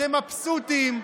אתם מבסוטים,